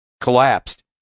collapsed